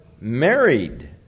married